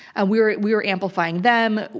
and we were, we were amplifying them.